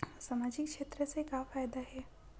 सामजिक क्षेत्र से का फ़ायदा हे?